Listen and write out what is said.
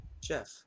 Jeff